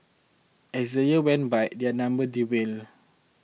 as the years went by their number dwindled